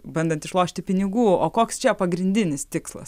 bandant išlošti pinigų o koks čia pagrindinis tikslas